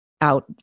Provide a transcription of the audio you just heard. out